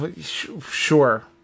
Sure